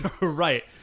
Right